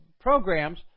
programs